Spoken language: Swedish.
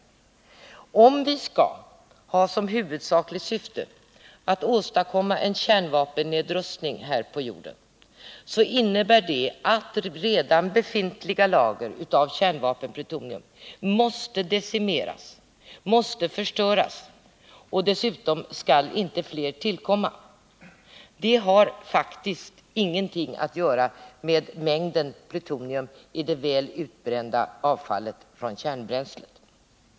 Om vi skall ha som huvudsakligt syfte att åstadkomma en kärnvapennedrustning här på jorden, så innebär det att redan befintliga lager av kärnvapenplutonium måste decimeras, måste förstöras, och dessutom skall inte fler lager tillkomma. Det har faktiskt ingenting att göra med mängden plutonium i det väl utbrända avfallet från kärnbränslet.